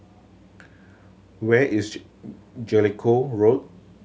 where is Jellicoe Road